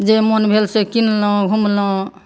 जे मोन भेल से किनलहुँ घुमलहुँ